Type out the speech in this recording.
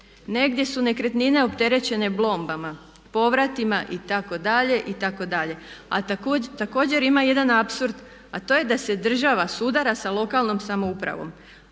Negdje su nekretnine opterećene blombama, povratima itd., itd. A također ima jedan apsurd a to je da se država sudara sa lokalnom samoupravom.